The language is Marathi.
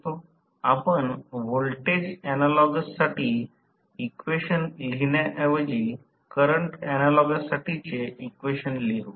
आपण व्होल्टेज ऍनालॉगससाठी इक्वेशन लिहण्याऐवजी करंट ऍनालॉगससाठीचे इक्वेशन लिहू